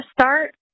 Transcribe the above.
start